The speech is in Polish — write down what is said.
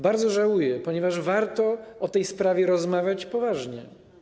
Bardzo żałuję, ponieważ warto o tej sprawie rozmawiać poważnie.